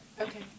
Okay